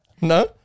No